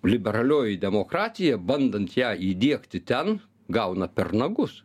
liberalioji demokratija bandant ją įdiegti ten gauna per nagus